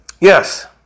Yes